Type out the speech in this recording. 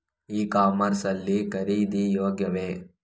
E commerce ಲ್ಲಿ ಖರೀದಿ ಯೋಗ್ಯವೇ?